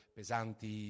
pesanti